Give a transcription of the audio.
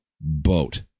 boat